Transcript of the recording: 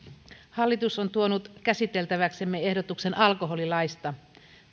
hallitus on tuonut käsiteltäväksemme ehdotuksen alkoholilaista